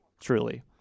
truly